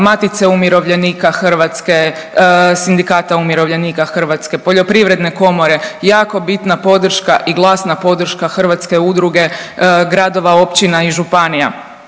Matice umirovljenika Hrvatske, Sindikata umirovljenika Hrvatske, Poljoprivredne komore, jako bitna podrška i glasna podrška Hrvatske udruge gradova, općina i županija.